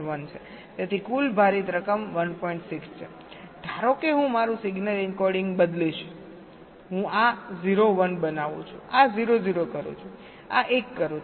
6 છે ધારો કે હું મારું સિગ્નલ એન્કોડિંગ બદલીશ હું આ 0 1 બનાવું છું આ 0 0 કરું છું આ 1 કરું છું